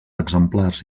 exemplars